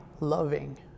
loving